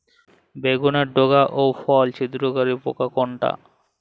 বেগুনের ডগা ও ফল ছিদ্রকারী পোকা কোনটা?